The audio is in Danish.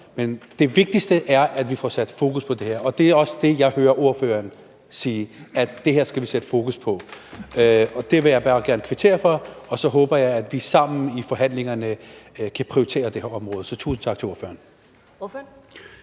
Men det vigtigste er, at vi får sat fokus på det her, og det er også det, jeg hører ordføreren sige: Det her skal vi sætte fokus på. Det vil jeg bare gerne kvittere for, og så håber jeg, at vi sammen i forhandlingerne kan prioritere det her område. Så tusind tak til ordføreren.